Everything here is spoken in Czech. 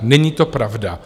Není to pravda.